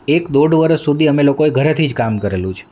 એક દોઢ વરસ સુધી અમે લોકોએ ઘરેથી જ કામ કરેલું છે